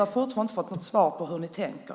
Jag har fortfarande inte fått något svar om hur ni tänker.